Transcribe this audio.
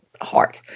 hard